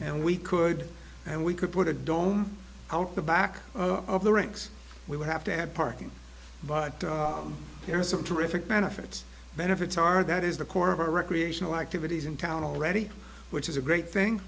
and we could and we could put a dome out the back of the rinks we would have to add parking but there's a terrific benefits benefits are that is the core of our recreational activities in town already which is a great thing